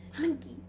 Monkey